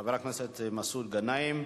חבר הכנסת מסעוד גנאים.